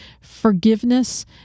forgiveness